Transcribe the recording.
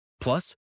Plus